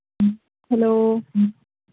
hello